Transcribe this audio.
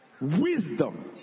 wisdom